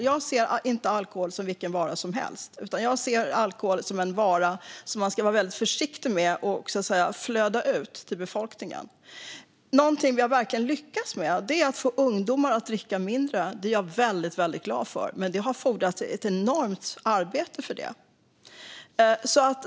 Jag ser inte alkohol som vilken vara som helst. Jag ser alkohol som en vara som man ska vara väldigt försiktig med att låta flöda ut till befolkningen. Någonting vi verkligen har lyckats med är att få ungdomar att dricka mindre. Det är jag väldigt glad för. Men det har fordrats ett enormt arbete för det.